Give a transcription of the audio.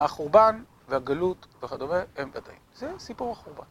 החורבן והגלות וכדומה הם... זה סיפור החורבן.